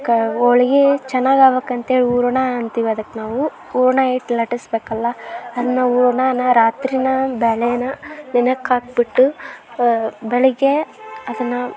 ಕ ಹೋಳ್ಗಿ ಚೆನ್ನಾಗಾಗ್ಬೇಕಂತೇಳಿ ಹೂರ್ಣ ಅಂತೀವಿ ಅದಕ್ಕೆ ನಾವು ಹೂರ್ಣ ಇಟ್ಟು ಲಟ್ಟಿಸ್ಬೇಕಲ್ಲ ಅದನ್ನ ಹೂರ್ಣನ ರಾತ್ರಿನೇ ಬೇಳೆನ ನೆನೆಯಕ್ಕೆ ಹಾಕ್ಬಿಟ್ಟು ಬೆಳಿಗ್ಗೆ ಅದನ್ನು